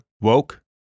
Woke